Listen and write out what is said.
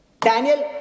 Daniel